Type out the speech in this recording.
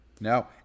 No